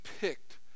picked